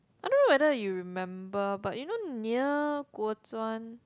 I don't know whether you remember but you know near Kuo Chuan